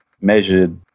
measured